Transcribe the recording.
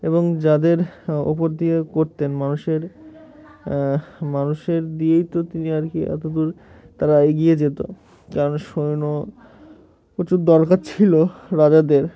এবং যাদের ওপর দিয়ে করতেন মানুষের মানুষের দিয়েই তো তিনি আর কি এতদূর তারা এগিয়ে যেত কারণ সৈন্য প্রচুর দরকার ছিল রাজাদের